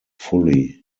fully